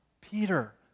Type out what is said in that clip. Peter